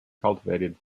cultivated